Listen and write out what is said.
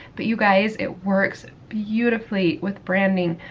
but you guys, it works beautifully with branding.